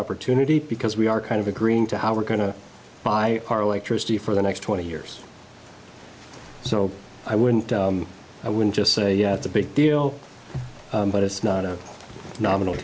opportunity because we are kind of agreeing to how we're going to buy our electricity for the next twenty years so i wouldn't i wouldn't just say yeah it's a big deal but it's not a nominal